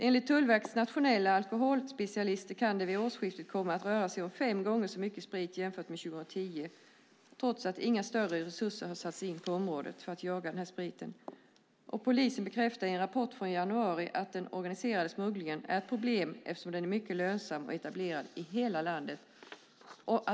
Enligt Tullverket nationella alkoholspecialister kan det vid årsskiftet komma att röra sig om fem gånger så mycket sprit som under 2010 trots att inga större resurser har satts in på området för att jaga spriten. Polisen bekräftade i januari att den organiserade smugglingen är ett problem eftersom den är mycket lönsam och etablerad i hela landet.